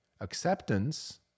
Acceptance